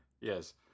Yes